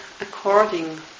according